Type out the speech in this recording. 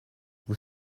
vous